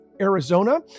Arizona